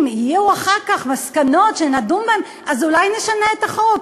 אם יהיו אחר כך מסקנות שנדון בהן אז אולי נשנה את החוק,